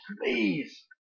please